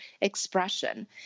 expression